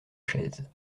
chaise